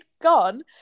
gone